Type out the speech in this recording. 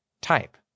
Type